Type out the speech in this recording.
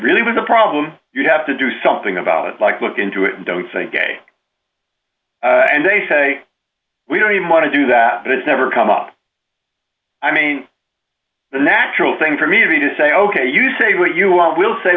really was a problem you have to do something about it like look into it don't think gay and they say we don't even want to do that but it's never come up i mean the natural thing for me to say ok you say what you want will say